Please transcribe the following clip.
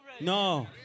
No